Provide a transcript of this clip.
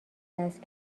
است